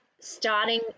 starting